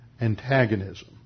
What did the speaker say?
antagonism